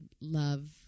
love